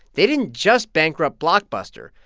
they didn't just bankrupt blockbuster.